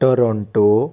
Toronto